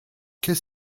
qu’est